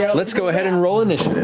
yeah let's go ahead and roll initiative.